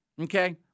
okay